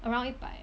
around 一百